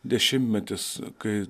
dešimmetis kai